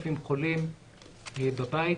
ב-5,000 חולים בבית.